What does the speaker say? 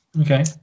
Okay